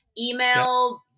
email